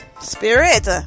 spirit